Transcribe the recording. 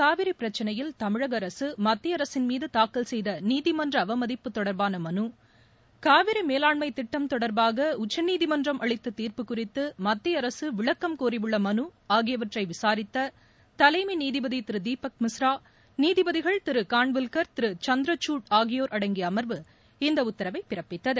காவிரி பிரச்சினையில் தமிழக அரசு மத்திய அரசின் மீது தாக்கல் செய்த நீதிமன்ற அவமதிப்பு தொடர்பான மனு காவிரி மேலாண்மை திட்டம் தொடர்பாக உச்சநீதிமன்றம் அளித்த தீர்ப்பு குறித்து மத்திய அரசு விளக்கம் கோரியுள்ள மனு ஆகியவற்றை விசாரித்த தலைமை நீதிபதி திரு தீபக் மிஸ்ரா நீதிபதிகள் திரு கன்வில்கர் திரு சந்திரசூட் ஆகியோர் அடங்கிய அமர்வு இந்த உத்தரவை பிறப்பித்தது